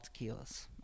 tequilas